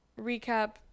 recap